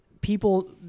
people